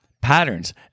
patterns